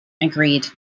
agreed